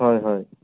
হয় হয়